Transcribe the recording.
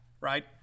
right